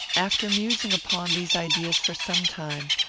after musing upon these ideas for some time,